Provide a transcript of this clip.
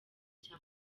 cya